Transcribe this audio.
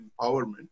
empowerment